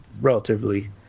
relatively